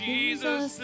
Jesus